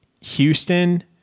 Houston